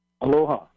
Aloha